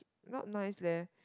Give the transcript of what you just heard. not nice leh